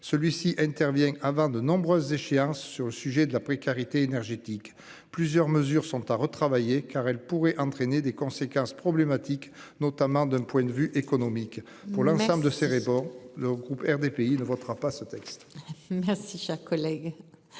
celui-ci intervient avant de nombreuses échéances sur le sujet de la précarité énergétique. Plusieurs mesures sont à retravailler car elle pourrait entraîner des conséquences problématiques, notamment d'un point de vue économique pour l'ensemble de ces réformes. Le groupe RDPI ne votera pas ce texte. Merci cher collègue.